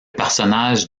personnage